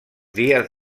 dies